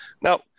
Now